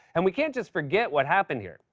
and we can't just forget what happened here.